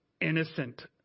innocent